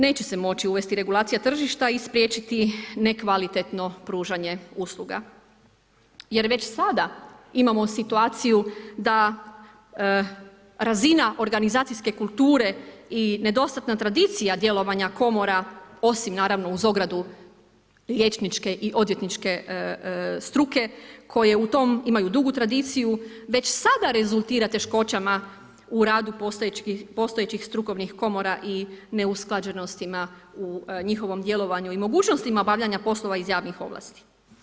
Neće se moći uvesti regulacija tržišta i spriječiti nekvalitetnog pružanje usluga jer već sada imamo situaciju da razina organizacijske kulture i nedostatna tradicija djelovanja komora osim naravno uz ogradu liječničke i odvjetničke struke koje u tom imaju dugu tradiciju, već sada rezultira teškoćama u radu postojećih strukovnih komora i neusklađenostima u njihovom djelovanju i mogućnostima obavljanja poslova iz javnih ovlasti.